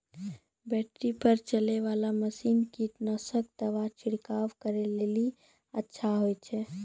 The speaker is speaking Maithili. बैटरी पर चलै वाला मसीन कीटनासक दवा छिड़काव करै लेली अच्छा होय छै?